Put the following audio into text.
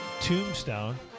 Tombstone